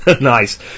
Nice